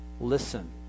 listen